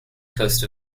coast